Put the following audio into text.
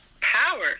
power